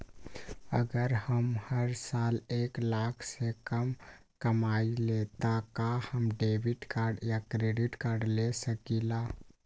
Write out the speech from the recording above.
अगर हम हर साल एक लाख से कम कमावईले त का हम डेबिट कार्ड या क्रेडिट कार्ड ले सकीला?